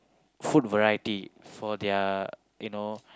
food variety for their you know